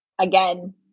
again